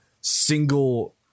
single